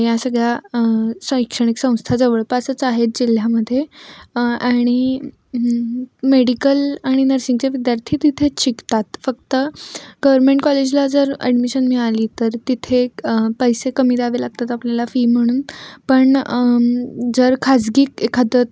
या सगळ्या शैक्षणिक संस्था जवळपासच आहेत जिल्ह्यामध्ये आणि मेडिकल आणि नर्सिंगच्या विद्यार्थी तिथेच शिकतात फक्त गवर्मेंट कॉलेजला जर ॲडमिशन मिळाली तर तिथे पैसे कमी द्यावे लागतात आपल्याला फी म्हणून पण जर खाजगी एखादं